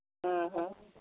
ᱦᱮᱸ ᱦᱮᱸ